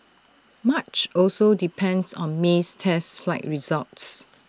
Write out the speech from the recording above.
much also depends on May's test flight results